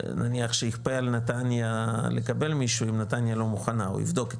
נניח שיכפה על נתניה לקבל מישהו אם נתניה לא מוכנה הוא יבדוק איתם.